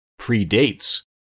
predates